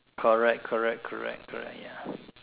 correct correct correct correct ya